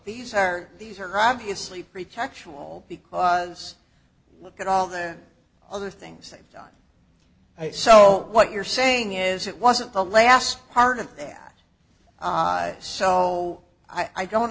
these are these are obviously pretextual because look at all the other things they've done so what you're saying is it wasn't the last part of that so i don't